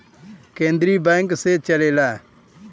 केन्द्रीय बैंक से चलेला